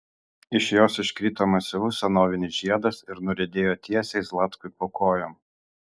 iš jos iškrito masyvus senovinis žiedas ir nuriedėjo tiesiai zlatkui po kojom